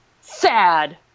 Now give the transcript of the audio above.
Sad